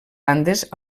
andes